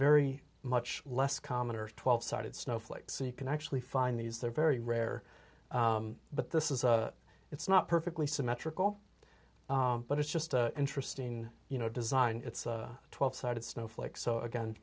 very much less common or twelve sided snowflake so you can actually find these they're very rare but this is a it's not perfectly symmetrical but it's just an interesting you know design it's a twelve sided snowflake so